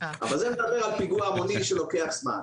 אבל זה מדבר על פיגוע המוני שלוקח זמן.